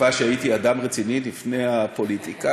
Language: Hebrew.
בתקופה שהייתי אדם רציני, לפני הפוליטיקה,